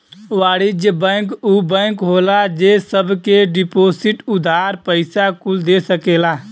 वाणिज्य बैंक ऊ बैंक होला जे सब के डिपोसिट, उधार, पइसा कुल दे सकेला